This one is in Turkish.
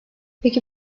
peki